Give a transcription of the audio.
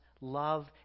love